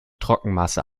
trockenmasse